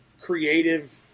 creative